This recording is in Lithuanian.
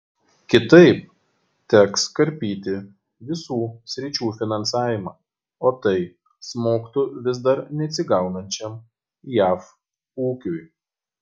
kitaip teks karpyti visų sričių finansavimą o tai smogtų vis dar neatsigaunančiam jav ūkiui